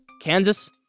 Kansas